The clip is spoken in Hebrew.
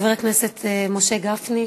חבר הכנסת משה גפני,